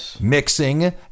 mixing